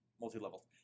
Multi-level